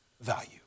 value